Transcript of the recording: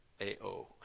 A-O